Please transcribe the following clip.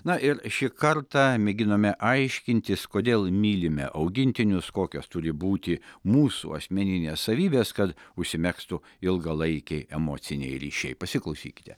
na ir šį kartą mėginome aiškintis kodėl mylime augintinius kokios turi būti mūsų asmeninės savybės kad užsimegztų ilgalaikiai emociniai ryšiai pasiklausykite